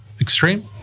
extreme